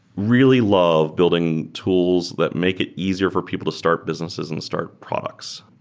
really love building tools that make it easier for people to start businesses and start products.